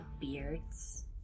beards